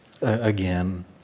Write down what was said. again